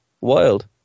Wild